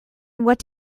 what